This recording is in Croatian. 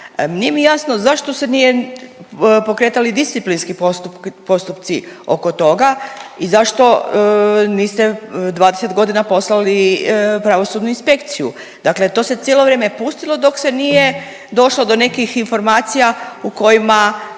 Nije mi jasno zašto se nije pokretali disciplinski postupci oko toga i zašto niste 20 godina poslali pravosudnu inspekciju. Dakle, to se cijelo vrijeme pustilo dok se nije došlo do nekih informacija u kojima